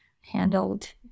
handled